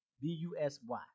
B-U-S-Y